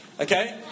okay